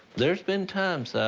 there's been times,